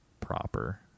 proper